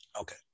Okay